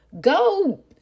go